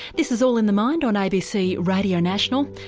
this is all in the mind on abc radio national,